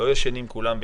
יש סגנונות,